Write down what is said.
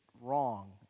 wrong